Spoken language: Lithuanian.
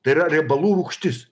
tai yra riebalų rūgštis